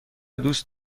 دوست